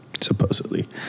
Supposedly